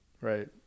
right